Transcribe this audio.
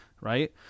right